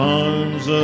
arms